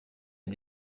est